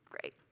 great